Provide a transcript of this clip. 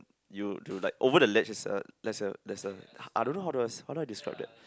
you do like over the ledge there's a there's a there's a I don't know how how do I describe that